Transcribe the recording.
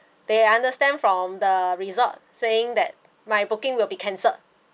they understand from the resort saying that my booking will be cancelled